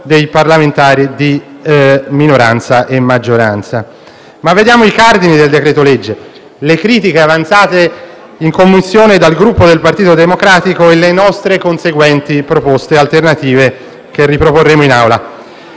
dei parlamentari di minoranza e maggioranza. Ma vediamo i cardini del decreto-legge, le critiche avanzate in Commissione dal Gruppo del Partito Democratico e le nostre conseguenti proposte alternative che riproporremo in Aula.